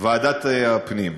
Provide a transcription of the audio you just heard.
ועדת הפנים.